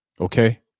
Okay